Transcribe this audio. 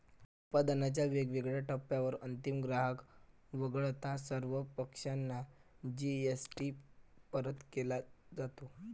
उत्पादनाच्या वेगवेगळ्या टप्प्यांवर अंतिम ग्राहक वगळता सर्व पक्षांना जी.एस.टी परत केला जातो